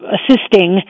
Assisting